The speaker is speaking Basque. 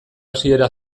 hasiera